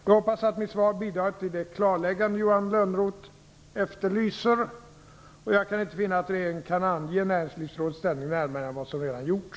Jag hoppas att mitt svar bidragit till det klarläggande Johan Lönnroth efterlyser. Jag kan inte finna att regeringen kan ange Näringslivsrådets ställning närmare än vad som redan gjorts.